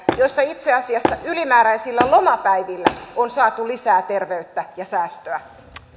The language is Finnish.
joissa itse asiassa ylimääräisillä lomapäivillä on saatu lisää terveyttä ja säästöä